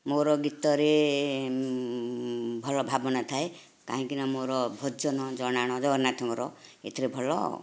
ମୋର ଗୀତରେ ଭଲ ଭାବନା ଥାଏ କାହିଁକିନା ମୋର ଭଜନ ଜଣାଣ ଜଗନ୍ନାଥଙ୍କର ଏଇଥିରେ ଭଲ